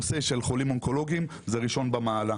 הנושא של חולים אונקולוגים זה ראשון במעלה.